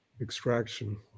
extraction